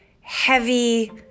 heavy